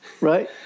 Right